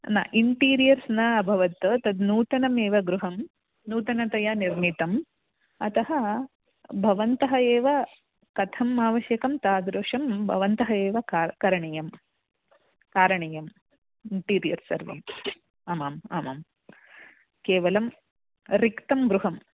न इण्टीरियर्स् न अभवत् तद् नूतनमेव गृहं नूतनतया निर्मितम् अतः भवतः एव कथम् आवश्यकं तादृशं भवतः एव का करणीयं कारणीयम् इण्टीरियर्स् सर्वम् आमाम् आमां केवलं रिक्तं गृहम्